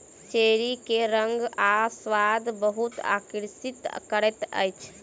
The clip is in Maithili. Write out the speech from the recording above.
चेरी के रंग आ स्वाद बहुत आकर्षित करैत अछि